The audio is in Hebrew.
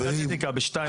יש ועדת אתיקה ב-14:00.